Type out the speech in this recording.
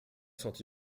senti